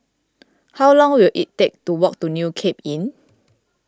how long will it take to walk to New Cape Inn